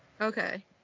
Okay